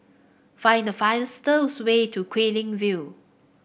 find the fastest way to Guilin View